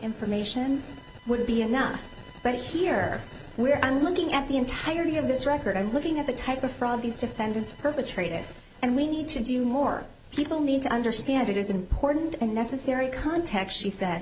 information would be enough but here where i'm looking at the entirety of this record i'm looking at the type of fraud these defendants perpetrated and we need to do more people need to understand it is important and necessary context she said